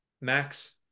max